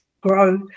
grow